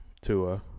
Tua